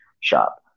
shop